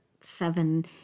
seven